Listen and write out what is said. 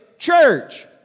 Church